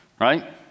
right